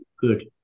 good